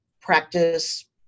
practice